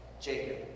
Jacob